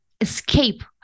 escape